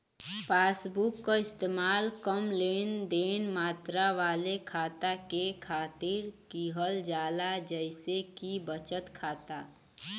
passbook क इस्तेमाल कम लेनदेन मात्रा वाले खाता के खातिर किहल जाला जइसे कि बचत खाता